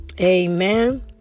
amen